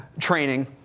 training